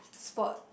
spot